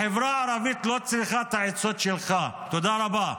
החברה הערבית לא צריכה את העצות שלך, תודה רבה.